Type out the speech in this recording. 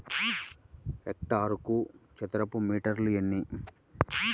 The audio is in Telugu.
హెక్టారుకు చదరపు మీటర్లు ఎన్ని?